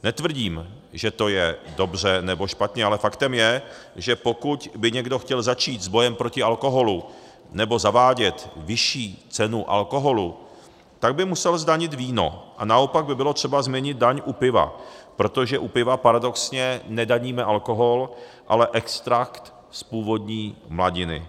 Netvrdím, že to je dobře, nebo špatně, ale faktem je, že pokud by někdo chtěl začít s bojem proti alkoholu, nebo zavádět vyšší cenu alkoholu, tak by musel zdanit víno, a naopak by bylo třeba změnit daň u piva, protože u piva paradoxně nedaníme alkohol, ale extrakt z původní mladiny.